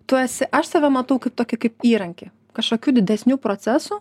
tu esi aš save matau kaip tokį kaip įrankį kažkokių didesnių procesų